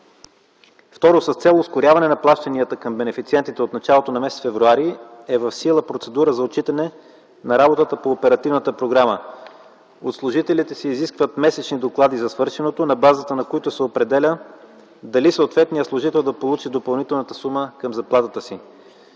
Второ, с цел ускоряване на плащанията към бенефициентите от началото на м. февруари т.г. е в сила процедура за отчитане на работата по оперативната програма. От служителите се изискват месечни доклади за свършеното, на базата на които се определя дали съответният служител да получи допълнителната сума към заплатата си.